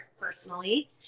personally